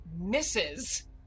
Misses